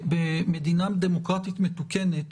במדינה דמוקרטית מתוקנת